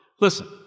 Listen